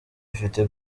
ifite